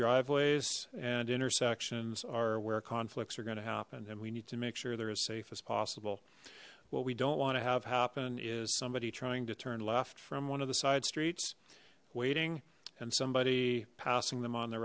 driveways and intersections are where conflicts are going to happen and we need to make sure they're as safe as possible what we don't want to have happen is somebody trying to turn left from one of the side streets waiting and somebody passing them on the